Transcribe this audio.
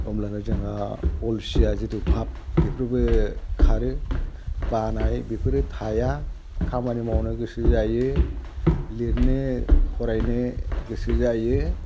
होमब्लाना जोंहा अलसिया जिथु भाब बेफोरबो खारो बानाय बेफोरो थाया खामानि मावनो गोसो जायो लिरनो फरायनो गोसो जायो